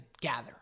gather